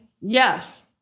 yes